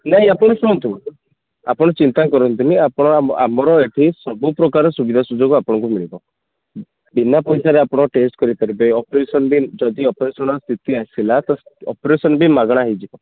ନାଇଁ ଆପଣ ଶୁଣନ୍ତୁ ଆପଣ ଚିନ୍ତା କରନ୍ତୁନି ଆପଣ ଆମର ଏଠି ସବୁ ପ୍ରକାର ସୁବିଧା ସୁଯୋଗ ଆପଣଙ୍କୁ ମିଳିବ ବିନା ପଇସାରେ ଆପଣ ଟେଷ୍ଟ କରିପାରିବେ ଅପେରସନ ବି ଯଦି ଅପେରସନର ସ୍ଥିତି ଆସିଲା ତ ଅପେରସନ ବି ମାଗଣା ହେଇଯିବ